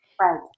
right